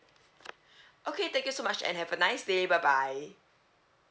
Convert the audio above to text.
okay thank you so much and have a nice day bye bye